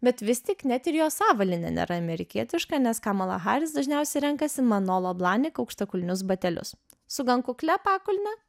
bet vis tik net ir jos avalynė nėra amerikietiška nes kamala haris dažniausiai renkasi manolo blahnik aukštakulnius batelius su gan kuklia pakulne